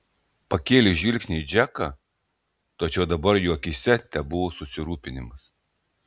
pakėlė žvilgsnį į džeką tačiau dabar jo akyse tebuvo susirūpinimas